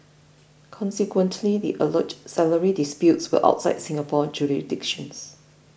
consequently the alleged salary disputes were outside Singapore's jurisdictions